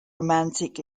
romantic